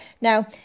Now